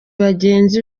bagenzi